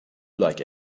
like